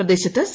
പ്രദേശത്ത് സി